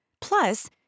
Plus